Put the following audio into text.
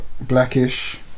Blackish